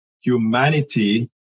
humanity